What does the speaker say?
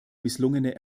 misslungene